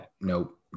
nope